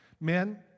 Men